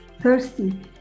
thirsty